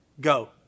Go